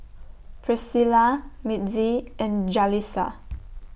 Pricilla Mitzi and Jalisa